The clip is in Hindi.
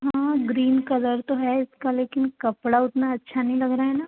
ग्रीन कलर तो हैं उसका लेकिन कपड़ा उतना अच्छा नहीं लग रहा हैं ना